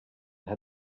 had